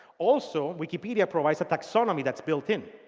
also wikipedia provides a taxonomy that's built in.